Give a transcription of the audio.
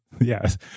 yes